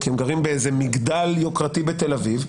כי הם גרים במגדל יוקרתי בתל אביב,